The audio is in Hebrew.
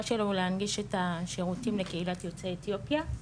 שלו להנגיש את השירותים לקהילת יוצאי אתיופיה.